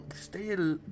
stay